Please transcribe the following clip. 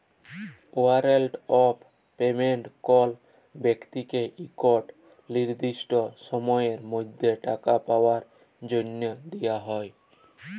warrant of payment call ব্যক্তিকে ইকট লিরদিসট সময়ের মধ্যে টাকা পাউয়ার জ্যনহে দিয়া হ্যয়